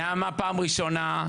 נעמה פעם ראשונה.